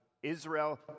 Israel